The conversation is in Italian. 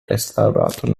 restaurato